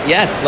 Yes